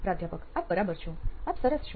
પ્રાધ્યાપક આપ બરાબર છો આપ સરસ છો